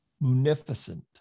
munificent